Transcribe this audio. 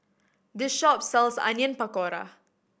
this shop sells Onion Pakora